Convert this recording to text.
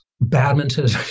Badminton